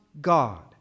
God